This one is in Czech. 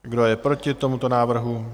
Kdo je proti tomuto návrhu?